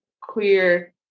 queer